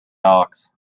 docks